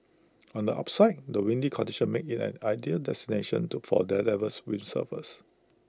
on the upside the windy conditions make IT an ideal destination to for daredevil windsurfers